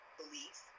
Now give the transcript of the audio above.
belief